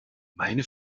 meine